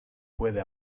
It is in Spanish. puede